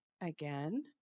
Again